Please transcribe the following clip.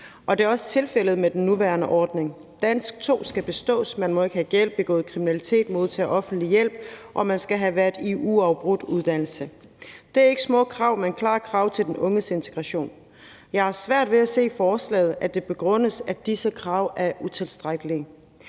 og dette er også tilfældet med den nuværende ordning. Dansk 2 skal bestås, man må ikke have gæld, have begået kriminalitet, modtage offentlig hjælp, og man skal have været i uafbrudt uddannelse. Det er ikke små krav, men klare krav til den unges integration. Jeg har svært ved at se, at det begrundes i forslaget, at disse krav er utilstrækkelige.